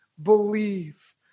believe